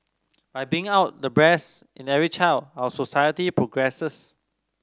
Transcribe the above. by bringing out the breast in every child our society progresses